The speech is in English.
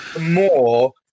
More